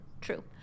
true